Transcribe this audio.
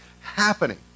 happening